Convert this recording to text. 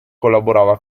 collaborava